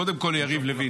קודם כול ליריב לוין,